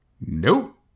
Nope